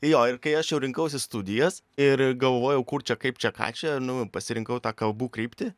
jo ir kai aš jau rinkausi studijas ir galvojau kur čia kaip čia ką čia nu pasirinkau tą kalbų kryptį